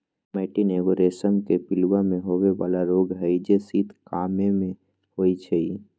मैटीन एगो रेशम के पिलूआ में होय बला रोग हई जे शीत काममे होइ छइ